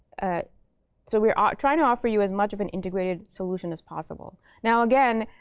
ah so we're ah trying to offer you as much of an integrated solution as possible. now again,